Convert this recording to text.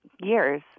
Years